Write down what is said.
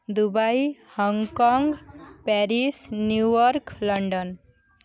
Dubai Hong Kong Paris New York London